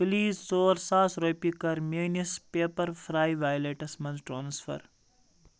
please ژور ساس رۄپیہِ کر میٲنِس پیٚپَر فرٛاے ویلٹس مَنٛز ٹرانسفر